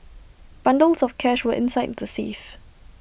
bundles of cash were inside the safe